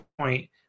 point